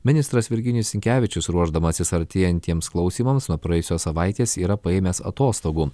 ministras virginijus sinkevičius ruošdamasis artėjantiems klausymams nuo praėjusios savaitės yra paėmęs atostogų